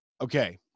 Okay